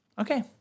Okay